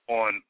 on